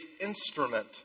instrument